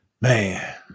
man